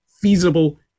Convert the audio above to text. feasible